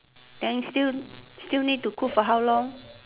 then still still need to cook for how long